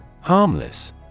Harmless